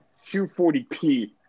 240p